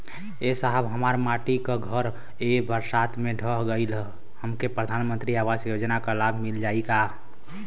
ए साहब हमार माटी क घर ए बरसात मे ढह गईल हमके प्रधानमंत्री आवास योजना क लाभ मिल जाई का?